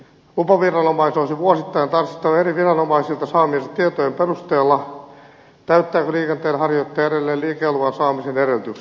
lupaviranomaisen olisi vuosittain tarkastettava eri viranomaisilta saamiensa tietojen perusteella täyttääkö liikenteenharjoittaja edelleen liikenneluvan saamisen edellytykset